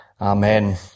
Amen